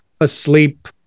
asleep